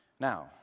Now